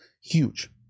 huge